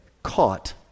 caught